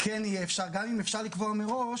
כן יהיה אפשר, וגם אם יהיה אפשר לקבוע מראש,